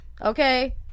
okay